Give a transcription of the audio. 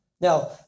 Now